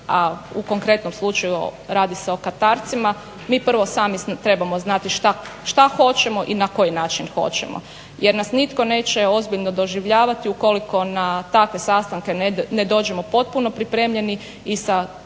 a u konkretnom slučaju radi se o katarcima, mi prvo sami trebamo znati šta hoćemo i na koji način hoćemo jer nas nitko ne će ozbiljno doživljavati ukoliko na takve sastanke ne dođemo potpuno pripremljeni i sa